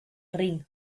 ring